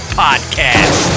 podcast